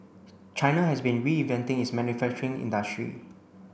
China has been reinventing its manufacturing industry